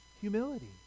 humility